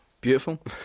Beautiful